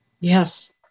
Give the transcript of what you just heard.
Yes